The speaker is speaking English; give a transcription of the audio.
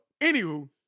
Anywho